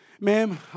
ma'am